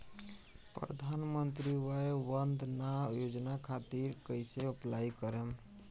प्रधानमंत्री वय वन्द ना योजना खातिर कइसे अप्लाई करेम?